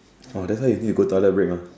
!wah! that's why you need to go toilet break mah